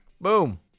Boom